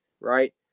right